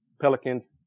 Pelicans